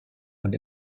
und